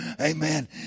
Amen